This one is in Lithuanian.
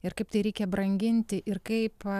ir kaip tai reikia branginti ir kaip